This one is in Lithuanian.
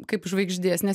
kaip žvaigždės nes